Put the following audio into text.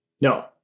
No